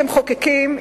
כמחוקקים,